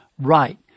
right